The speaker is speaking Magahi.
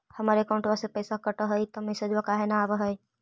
हमर अकौंटवा से पैसा कट हई त मैसेजवा काहे न आव है?